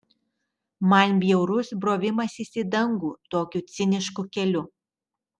man bjaurus brovimasis į dangų tokiu cinišku keliu